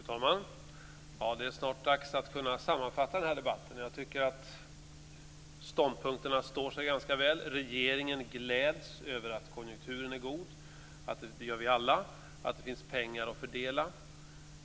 Fru talman! Det är snart dags att sammanfatta den här debatten. Jag tycker att ståndpunkterna står sig ganska väl. Regeringen gläds över att konjunkturen är god - det gör vi alla - och över att det finns pengar att fördela.